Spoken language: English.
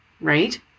Right